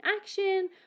action